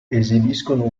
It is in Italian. esibiscono